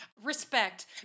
respect